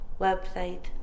website